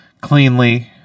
cleanly